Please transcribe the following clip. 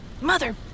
Mother